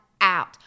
out